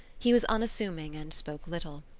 he was unassuming and spoke little.